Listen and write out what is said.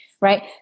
right